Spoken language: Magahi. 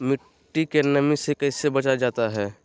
मट्टी के नमी से कैसे बचाया जाता हैं?